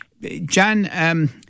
Jan